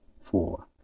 four